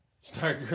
Start